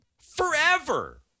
forever